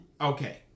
Okay